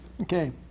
Okay